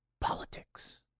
politics